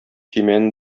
көймәне